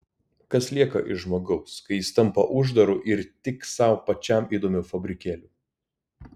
kas lieka iš žmogaus kai jis tampa uždaru ir tik sau pačiam įdomiu fabrikėliu